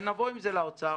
ונבוא עם זה לאוצר.